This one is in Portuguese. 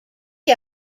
que